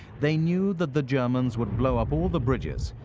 they knew that the germans would blow up all the bridges,